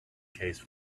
case